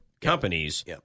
companies